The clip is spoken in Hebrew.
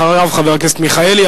אחריו, חבר הכנסת מיכאלי.